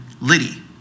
Liddy